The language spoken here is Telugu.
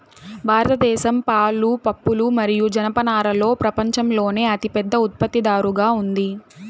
భారతదేశం పాలు, పప్పులు మరియు జనపనారలో ప్రపంచంలోనే అతిపెద్ద ఉత్పత్తిదారుగా ఉంది